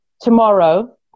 tomorrow